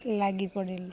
ଲାଗି ପଡ଼ିଲି